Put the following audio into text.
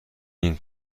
این